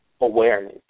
awareness